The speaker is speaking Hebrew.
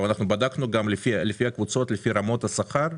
בדקנו גם לפי הקבוצות, לפי רמות השכר,